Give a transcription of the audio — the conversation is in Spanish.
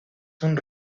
son